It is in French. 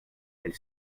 elle